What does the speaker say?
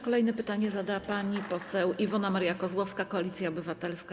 Kolejne pytanie zada pani poseł Iwona Maria Kozłowska, Koalicja Obywatelska.